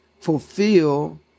fulfill